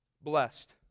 Blessed